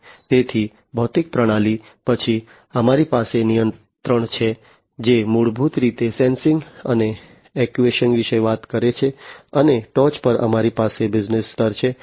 તેથી ભૌતિક પ્રણાલી પછી અમારી પાસે નિયંત્રણ છે જે મૂળભૂત રીતે સેન્સિંગ અને એક્ટ્યુએશન વિશે વાત કરે છે અને ટોચ પર અમારી પાસે બિઝનેસ સ્તર છે